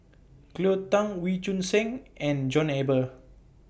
Cleo Thang Wee Choon Seng and John Eber